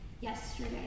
yesterday